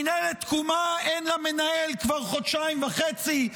למינהלת תקומה אין מנהל כבר חודשיים וחצי,